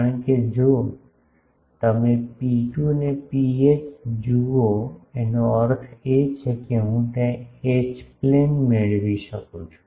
કારણ કે જો તમે ρ2 ને ρh જુઓ એનો અર્થ છે કે જો હું તે એચ પ્લેન મેળવી શકું છે